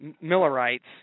Millerites